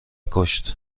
کشت